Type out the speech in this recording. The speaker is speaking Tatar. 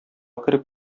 кереп